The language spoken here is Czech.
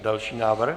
Další návrh.